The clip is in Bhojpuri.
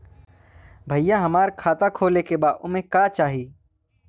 भईया हमार खाता खोले के बा ओमे का चाही?